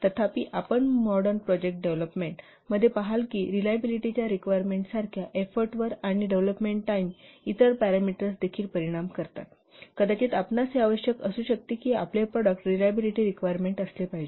तथापि आपण modern project development मध्ये पहाल की रिलायबिलिटीच्या रिक्वायरमेंटसारख्या एफोर्टवर आणि डेव्हलोपमेंट टाईम इतर पॅरामीटर्सवर देखील परिणाम करतात कदाचित आपणास हे आवश्यक असू शकते की आपले प्रॉडक्ट रिलायबिलिटी रिक्वायरमेंट असले पाहिजे